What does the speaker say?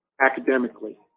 academically